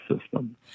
system